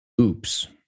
Oops